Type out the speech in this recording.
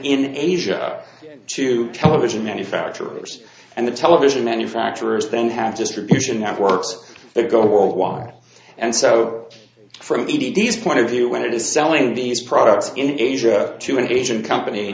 in asia to television manufacturers and the television manufacturers then have distribution networks that go worldwide and so from media these point of view when it is selling these products in asia to an asian company